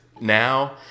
now